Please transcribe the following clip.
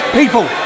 people